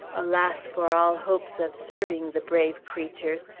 alas, for all hopes of serving the brave creatures!